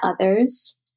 others